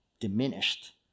diminished